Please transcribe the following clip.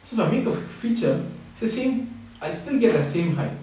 so if I make a feature it's the same I still get the same high